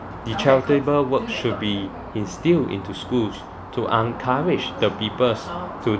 the charitable work should be instil into schools to encourage the peoples to